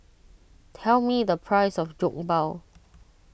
tell me the price of Jokbal